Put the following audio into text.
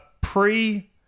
pre